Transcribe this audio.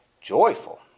joyful